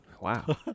Wow